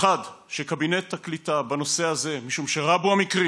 1. שקבינט הקליטה בנושא הזה, משום שרבו המקרים,